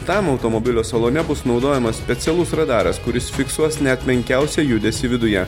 tam automobilio salone bus naudojamas specialus radaras kuris fiksuos net menkiausią judesį viduje